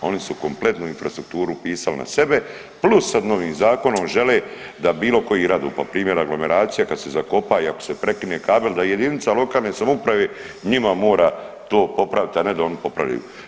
A oni su kompletnu infrastrukturu upisali na sebe plus sad novim zakonom žele da bilo koji … primjer aglomeracija kad se zakopa i ako se prekine kabel da jedinica lokalne samouprave njima mora to popraviti, a ne da oni popravljaju.